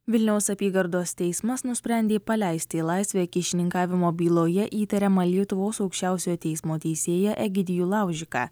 vilniaus apygardos teismas nusprendė paleisti į laisvę kyšininkavimo byloje įtariamą lietuvos aukščiausiojo teismo teisėją egidijų laužiką